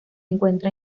encuentra